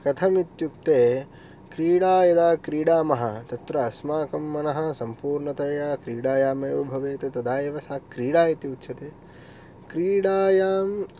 कथमित्युक्ते क्रीडा यदा क्रीडामः तत्र अस्माकं मनः सम्पूर्णतया क्रीडायामेव भवेत् तदा एव सा क्रीडा इति उच्यते क्रीडायां